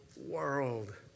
world